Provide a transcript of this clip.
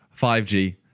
5G